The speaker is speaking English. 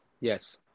Yes